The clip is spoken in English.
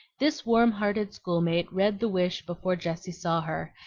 this warm-hearted schoolmate read the wish before jessie saw her,